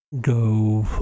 go